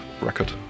record